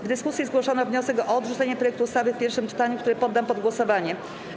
W dyskusji zgłoszono wniosek o odrzucenie projektu ustawy w pierwszym czytaniu, który poddam pod głosowanie.